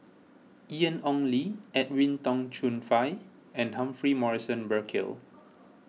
Ian Ong Li Edwin Tong Chun Fai and Humphrey Morrison Burkill